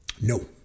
No